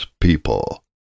people